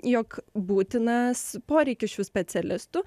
jog būtinas poreikis šių specialistų